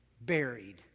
buried